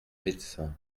médecin